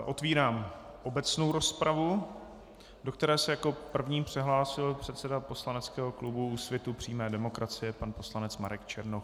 Otevírám obecnou rozpravu, do které se jako první přihlásil předseda poslaneckého klubu Úsvit přímé demokracie pan poslanec Marek Černoch.